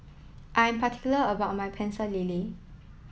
I am particular about my pecel lele